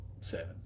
seven